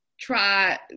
try –